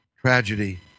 tragedy